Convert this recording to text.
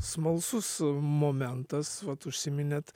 smalsus momentas vat užsiminėt